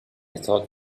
thought